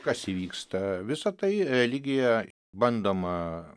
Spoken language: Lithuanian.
kas įvyksta visa tai religija bandoma